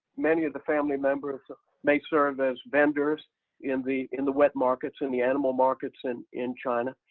many of the family members may serve as vendors in the in the wet markets, in the animal markets and in china.